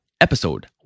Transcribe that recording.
Episode